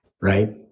right